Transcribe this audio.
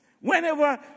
Whenever